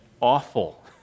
awful